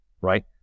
right